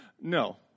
No